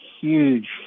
huge